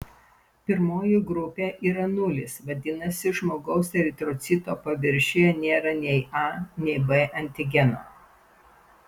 pirmoji grupė yra nulis vadinasi žmogaus eritrocito paviršiuje nėra nei a nei b antigeno